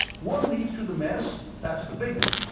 one leads to the mess that's the big one.